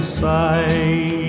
side